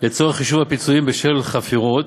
לצורך חישוב הפיצויים בשל הפירות